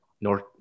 North